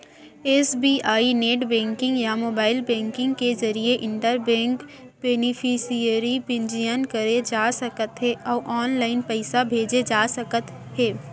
SBI net banking या mobile banking के जरिए इंटर बेंक बेनिफिसियरी पंजीयन करे जा सकत हे अउ ऑनलाइन पइसा भेजे जा सकत हे